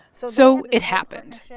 so. so it happened.